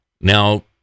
Now